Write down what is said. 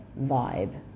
vibe